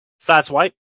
Sideswipe